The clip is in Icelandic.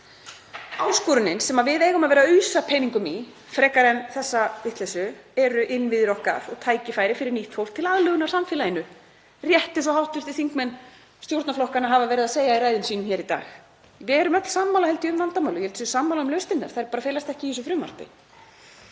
Áskorunin sem við eigum að vera að ausa peningum í frekar en þessa vitleysu eru innviðir okkar og tækifæri fyrir nýtt fólk til aðlögunar að samfélaginu, rétt eins og hv. þingmenn stjórnarflokkanna hafa verið að segja í ræðum sínum hér í dag. Við erum öll sammála held ég um vandamálið og ég held að við séum sammála um lausnirnar. Þær bara felast ekki í þessu frumvarpi.